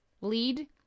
lead